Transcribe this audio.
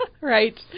Right